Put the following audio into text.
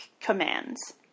commands